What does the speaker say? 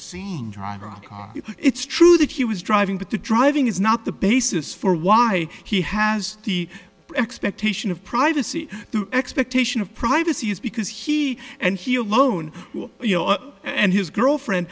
the driving it's true that he was driving but the driving is not the basis for why he has the expectation of privacy the expectation of privacy is because he and he alone and his girlfriend